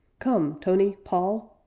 come, tony, paul!